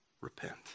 Repent